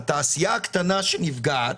התעשייה הקטנה שנפגעת,